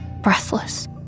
breathless